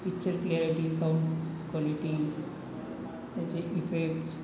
picture clarity sound quality त्याचे effects